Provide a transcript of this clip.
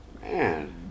Man